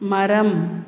மரம்